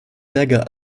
dagger